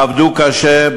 עבדו קשה,